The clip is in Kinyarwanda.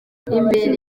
imbere